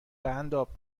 قنداب